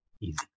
Easy